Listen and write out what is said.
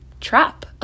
trap